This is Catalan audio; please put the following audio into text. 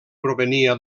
provenia